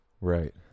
right